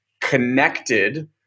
connected